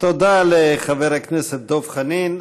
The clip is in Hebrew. תודה לחבר הכנסת דב חנין.